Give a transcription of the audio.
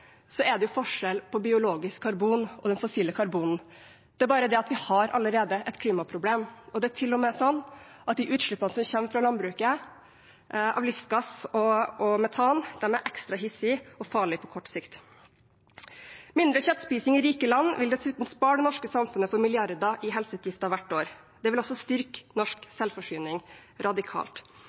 er det forskjell på biologisk karbon og fossilt karbon. Det er bare det at vi allerede har et klimaproblem, og det er til og med sånn at de utslippene som kommer fra landbruket, av lystgass og metan, er ekstra hissige og farlige på kort sikt. Mindre kjøttspising i rike land vil dessuten spare det norske samfunnet for milliarder i helseutgifter hvert år. Det vil også styrke norsk selvforsyning radikalt.